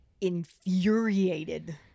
infuriated